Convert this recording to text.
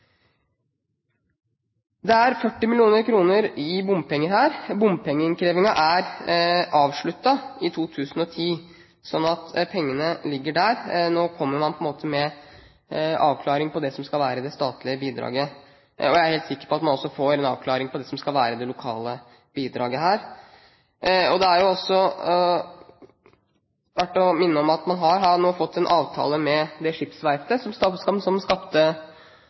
i 2010, så pengene ligger der. Nå kommer man med avklaring på det som skal være det statlige bidraget, og jeg er helt sikker på at man også får en avklaring på det som skal være det lokale bidraget her. Det er også verdt å minne om at man har fått en avtale med det skipsverftet som skapte bråk i en tidligere runde. Den avtalen er på plass. Nå går man tilbake til den opprinnelige traseen, som